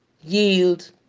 yield